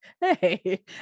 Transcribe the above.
Hey